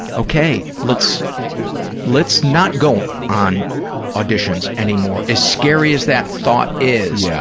okay, let's let's not go on auditions anymore. as scary as that thought is, yeah